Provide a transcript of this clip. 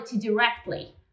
directly